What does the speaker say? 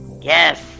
Yes